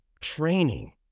training